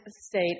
state